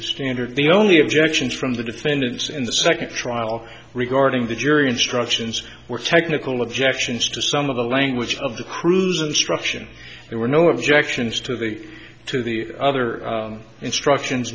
standard the only objections from the defendants in the second trial regarding the jury instructions were technical objections to some of the language of the cruise instruction there were no objections to the to the other instructions